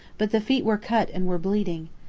but the feet were cut and were bleeding.